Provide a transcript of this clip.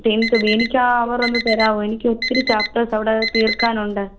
tenth B എനിക്കാ അവർ ഒന്ന് തരാമോ എനിക്ക് ഒത്തിരി ചാപ്റ്റേഴ്സ് അവിടെ തീർക്കാനുണ്ട്